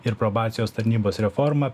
ir probacijos tarnybos reforma